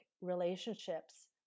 relationships